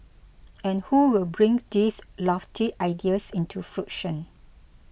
and who will bring these lofty ideas into fruition